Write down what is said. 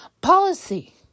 policy